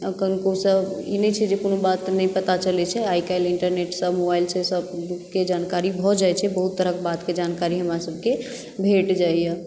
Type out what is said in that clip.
अखन दोसरसभ ई नहि छै जे कोनो बात नहि पता चलैत छै आइकाल्हि इण्टरनेटसँ मोबाइलसँ सभके जानकारी भऽ जाइत छै बहुत तरहक बातके जानकारी हमरासभके भेट जाइए